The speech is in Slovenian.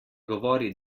govori